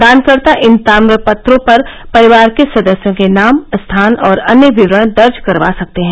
दानकतों इन ताम्रपत्रों पर परिवार के सदस्यों के नाम स्थान और अन्य विवरण दर्ज करवा सकते हैं